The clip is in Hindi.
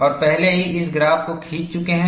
आप पहले ही इस ग्राफ को खींच चुके हैं